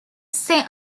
some